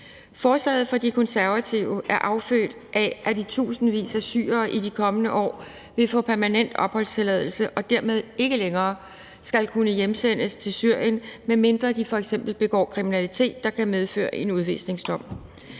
Forslaget fra De Konservative er affødt af, at i tusindvis af syrere i de kommende år vil få permanent opholdstilladelse og dermed ikke længere skal kunne hjemsendes til Syrien, medmindre de f.eks. begår kriminalitet, der kan medføre en udvisningsdom.